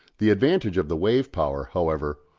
the advantage of the wave-power, however,